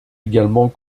également